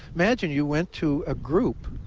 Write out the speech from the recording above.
imagine you went to a group,